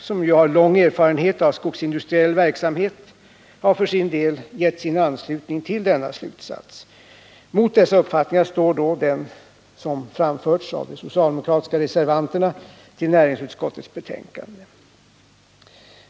som har lång erfarenhet av skogsindustriell verksamhet, har för sin del gett sin anslutning till denna slutsats. Mot dessa uppfattningar står då den som framförts av de socialdemokratiska reservanterna i näringsutskottet.